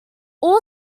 all